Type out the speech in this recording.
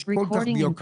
יוכלו לקבל.